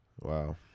Wow